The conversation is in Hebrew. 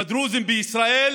בדרוזים בישראל